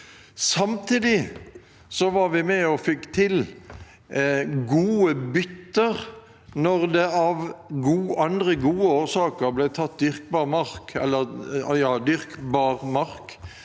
Samtidig var vi med på og fikk til gode bytter når det av andre gode årsaker ble tatt dyrkbar mark